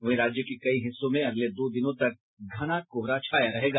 वहीं राज्य के कई हिस्सों में अगले दो दिनों तक घना कोहरा छाया रहेगा